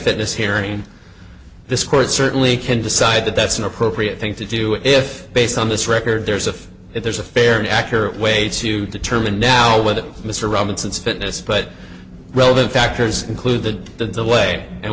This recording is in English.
fitness hearing this court certainly can decide that that's an appropriate thing to do if based on this record there's a if there's a fair and accurate way to determine now with mr robinson's fitness but relevant factors include the delay and